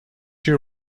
you